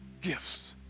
gifts